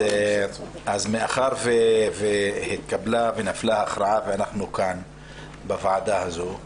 מאחר ונפלה הכרעה ואנחנו כאן בוועדה הזו,